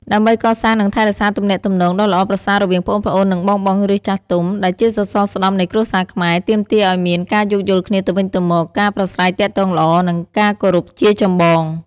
ដើម្បីកសាង និងថែរក្សាទំនាក់ទំនងដ៏ល្អប្រសើររវាងប្អូនៗ និងបងៗ ឬចាស់ទុំ ដែលជាសរសរស្តម្ភនៃគ្រួសារខ្មែរ ទាមទារឱ្យមាន ការយោគយល់គ្នាទៅវិញទៅមក ការប្រាស្រ័យទាក់ទងល្អ និងការគោរពជាចម្បង។